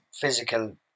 physical